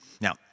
Now